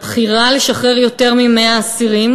הבחירה לשחרר יותר מ-100 אסירים